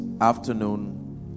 afternoon